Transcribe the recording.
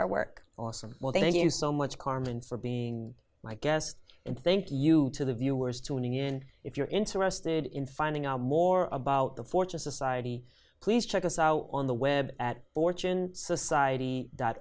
our work awesome well thank you so much carmen for being my guest and thank you to the viewers tuning in if you're interested in finding out more about the fortune society please check us out on the web at fortune society dot